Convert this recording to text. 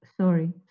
Sorry